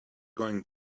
going